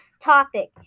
topic